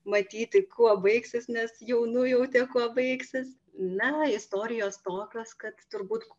matyti kuo baigsis nes jau nujautė kuo baigsis na istorijos tokios kad turbūt